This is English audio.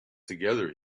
together